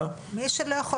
מי שלא יכול